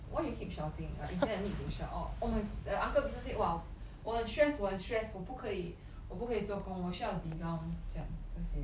why you keep shouting like is there a need to shout out oh the uncle vincent say !wah! 我很 stress 我很 stress 我不可以我不可以做工我需要 de-gown 这样这些